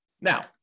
Now